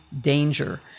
danger